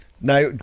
now